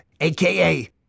aka